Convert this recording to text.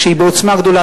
כשהיא בעוצמה גדולה,